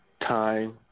Time